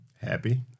Happy